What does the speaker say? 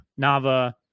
Nava